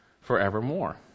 forevermore